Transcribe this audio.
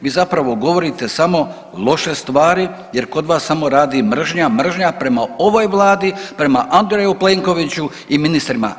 Vi zapravo govorite samo loše stvari jer kod vas samo radi mržnja, mržnja prema ovoj Vladi, prema Andreju Plenkoviću i ministrima.